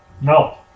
No